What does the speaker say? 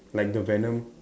like the venom